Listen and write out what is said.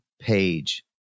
Page